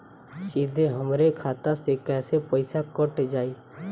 सीधे हमरे खाता से कैसे पईसा कट जाई?